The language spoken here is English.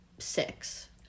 six